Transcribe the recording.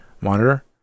monitor